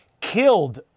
killed